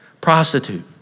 Prostitute